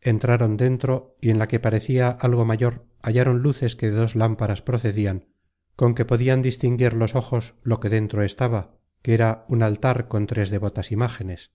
entraron dentro y en la que parecia algo mayor hallaron luces que de dos lámparas procedian con que podian distinguir los ojos lo que dentro estaba que era un altar con tres devotas imágenes